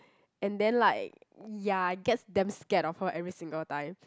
and then like ya I get damn scared of her every single time